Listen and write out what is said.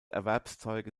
erwerbszweige